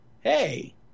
hey –